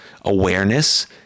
Awareness